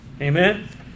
Amen